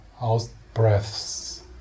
out-breaths